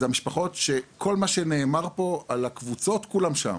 אלו המשפחות שכל מה שנאמר פה על הקבוצות כולן שם,